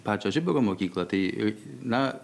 pačią žiburio mokyklą tai na